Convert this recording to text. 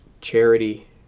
charity